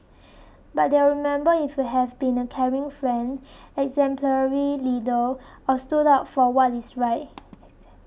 but they'll remember if you have been a caring friend exemplary leader or stood up for what is right